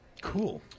Cool